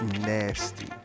nasty